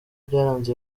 byaranze